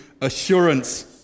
assurance